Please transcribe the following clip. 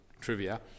trivia